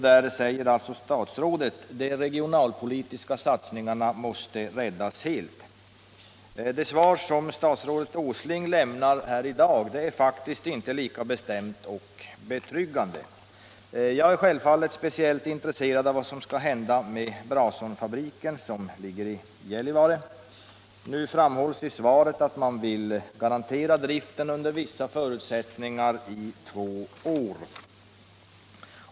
Där säger statsrådet: ”De regionalpolitiska satsningarna måste räddas helt.” Det svar som statsrådet Åsling lämnar i dag är faktiskt inte lika bestämt och betryggande. Jag är självfallet speciellt intresserad av vad som skall hända med Brason-fabriken i Gällivare. Det framhålls i svaret att man vill garantera driften under vissa förutsättningar i två år.